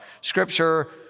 scripture